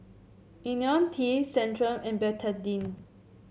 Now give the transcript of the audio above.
IoniL T Centrum and Betadine